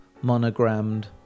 monogrammed